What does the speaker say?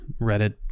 Reddit